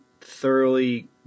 thoroughly